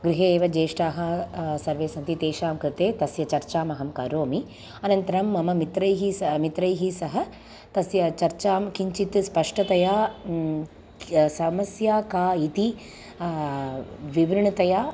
गृहे एव ज्येष्ठाः सर्वे सन्ति तेषां कृते तस्य चर्चाम् अहं करोमि अनन्तरं मम मित्रैः सह मित्रैः सह तस्य चर्चां किञ्चित् स्पष्टतया समस्या का इति विवृणुतया